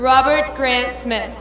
robert grant smith